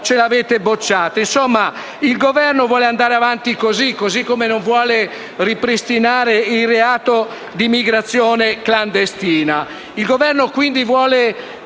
il Governo vuole andare avanti così e allo stesso tempo non vuole ripristinare il reato di immigrazione clandestina,